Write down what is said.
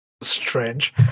strange